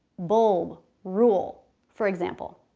bulb, rule for example.